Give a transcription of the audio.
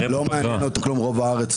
רוב הארץ,